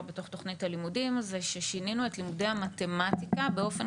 בתוך תוכנית הלימודים שינינו את לימודי המתמטיקה באופן